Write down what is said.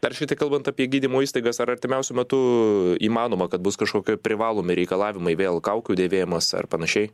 dar šitai kalbant apie gydymo įstaigas ar artimiausiu metu įmanoma kad bus kažkokie privalomi reikalavimai vėl kaukių dėvėjimas ar panašiai